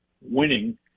winning